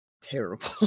terrible